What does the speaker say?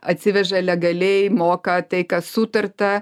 atsiveža legaliai moka tai ką sutarta